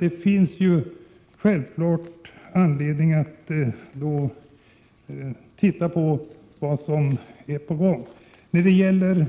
Det finns då självfallet anledning att se på vad som är på gång. När det gäller